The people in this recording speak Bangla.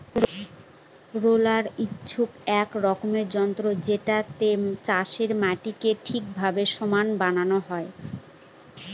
রোলার হচ্ছে এক রকমের যন্ত্র যেটাতে চাষের মাটিকে ঠিকভাবে সমান বানানো হয়